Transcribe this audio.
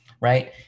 right